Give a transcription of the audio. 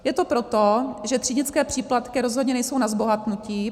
Je to proto, že třídnické příplatky rozhodně nejsou na zbohatnutí.